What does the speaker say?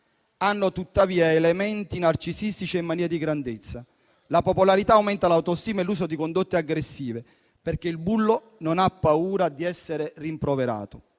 Hanno tuttavia elementi narcisistici e manie di grandezza. La popolarità aumenta l'autostima e l'uso di condotte aggressive, perché il bullo non ha paura di essere rimproverato.